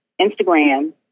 Instagram